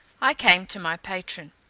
i came to my patron.